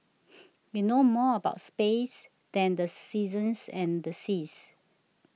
we know more about space than the seasons and the seas